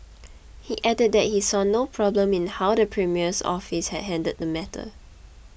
he added that he saw no problem in how the premier's office had handled the matter